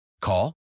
Call